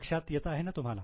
लक्षात येत आहे ना तुम्हाला